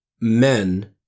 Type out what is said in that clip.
men